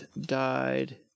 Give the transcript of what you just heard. died